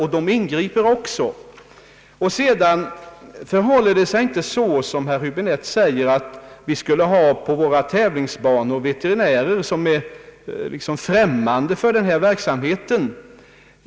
Han ingriper också när så erfordras. Det förhåller sig inte så som herr Häbinette säger att vi på tävlingsbanorna skulle ha veterinärer som är främmande för denna verksamhet.